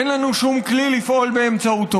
אין לנו שום כלי לפעול באמצעותו.